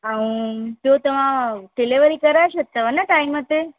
ऐं पोइ तव्हां डिलेवरी कराए छॾंदव न टाईम ते